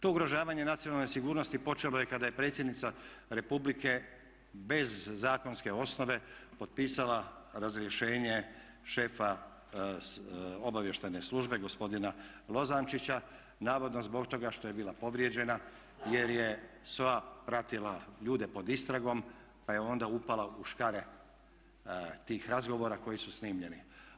To ugrožavanje nacionalne sigurnosti počelo je kada je predsjednica Republike bez zakonske osnove potpisala razrješenje šefa obavještajne službe gospodina Lozančića navodno zbog toga što je bila povrijeđena jer je sva pratila ljude pod istragom pa je onda upala u škare tih razgovora koji su snimljeni.